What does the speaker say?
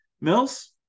Mills